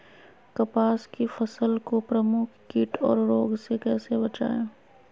कपास की फसल को प्रमुख कीट और रोग से कैसे बचाएं?